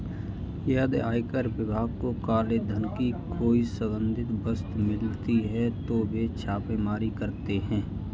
यदि आयकर विभाग को काले धन की कोई संदिग्ध वस्तु मिलती है तो वे छापेमारी करते हैं